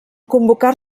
convocar